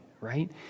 right